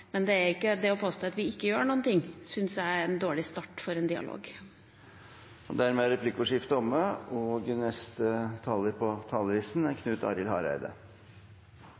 men jeg er gjerne med på det laget for å gjøre de endringene. Men det å påstå at vi ikke gjør noe, syns jeg er en dårlig start for en dialog. Dermed er replikkordskiftet omme.